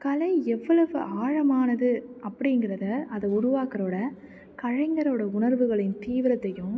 கலை எவ்வளவு ஆழமானது அப்படிங்கிறத அதை உருவாக்கிறோட கலைஞரோடய உணர்வுகளின் தீவிரத்தையும்